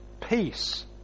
peace